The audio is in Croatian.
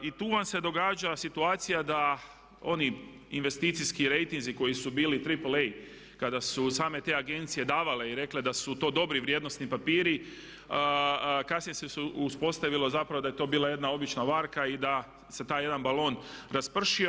I tu vam se događa situacija da oni investicijski rejtinzi koji su bili tripple A kada su same te agencije davale i rekle da su to dobri vrijednosni papiri a kasnije se uspostavilo zapravo da je to bila jedna obična varka i da se taj jedan balon raspršio.